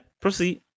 Proceed